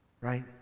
right